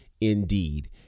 indeed